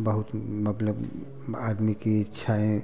बहुत मतलब आदमी की इच्छाएँ